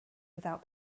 without